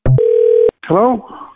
Hello